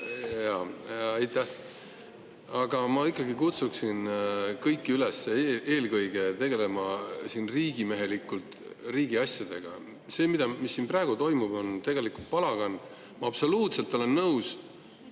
Ma ikka kutsun kõiki üles eelkõige tegelema siin riigimehelikult riigi asjadega. See, mis siin praegu toimub, on tegelikult palagan. Ma absoluutselt olen nõus